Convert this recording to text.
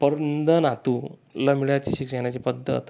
पर्नद नातूला मिळायची शिक्षणाची पद्धत